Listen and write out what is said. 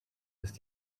ist